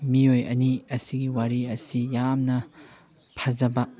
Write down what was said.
ꯃꯤꯑꯣꯏ ꯑꯅꯤ ꯑꯁꯤꯒꯤ ꯋꯥꯔꯤ ꯑꯁꯤ ꯌꯥꯝꯅ ꯐꯖꯕ